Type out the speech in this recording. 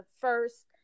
first